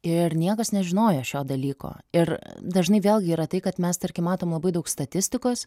ir niekas nežinojo šio dalyko ir dažnai vėlgi yra tai kad mes tarkim matom labai daug statistikos